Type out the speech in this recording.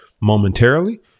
momentarily